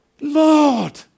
Lord